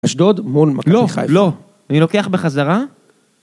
אשדוד מול מכבי חיפה. לא, לא, אני לוקח בחזרה.